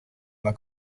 alla